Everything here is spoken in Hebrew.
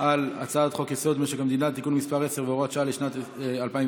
על הצעת חוק-יסוד: משק המדינה (תיקון מס' 10 והוראת שעה לשנת 2020),